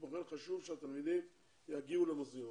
כמו כן חשוב שהתלמידים יגיעו למוזיאונים.